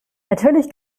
natürlich